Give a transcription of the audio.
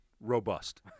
robust